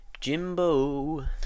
Jimbo